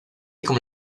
como